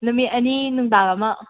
ꯅꯨꯃꯤꯠ ꯑꯅꯤ ꯅꯨꯡꯗꯥꯡ ꯑꯃ